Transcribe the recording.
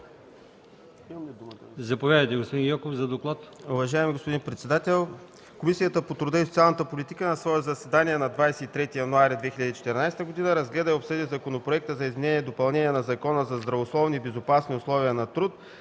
Заповядайте, господин Гьоков, за доклад.